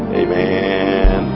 amen